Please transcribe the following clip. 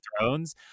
thrones